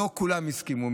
לא כולם הסכימו,